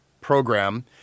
program